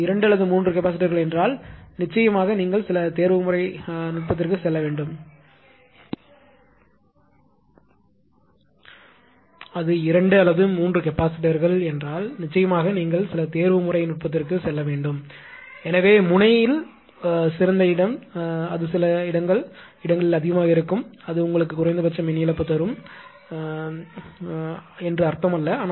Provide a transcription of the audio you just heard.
அது 2 அல்லது 3 கெப்பாசிட்டர்கள்என்றால் நிச்சயமாக நீங்கள் சில தேர்வுமுறை நுட்பத்திற்கு செல்ல வேண்டும் எனவே முனை முனையில் சிறந்த இடம் இல்லை அது சில இடங்கள் அதிகமாக இருக்கும் அது உங்களுக்கு குறைந்தபட்ச மின் இழப்பு தரும் என்று அர்த்தமல்ல